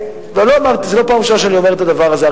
זו לא פעם ראשונה שאני אומר את הדבר הזה.